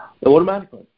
Automatically